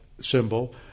symbol